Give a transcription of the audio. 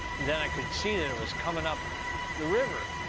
then i could see that it was coming up the river.